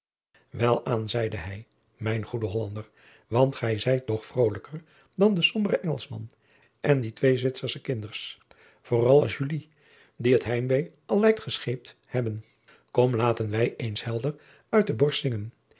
elaan zeide hij mijn goede ollander want gij zijt toch vrolijker dan de sombere ngelschman en die twee witsersche kinders vooral als die het heimwee al lijkt gescheept hebben kom laten wij eens helder uit de borst zingen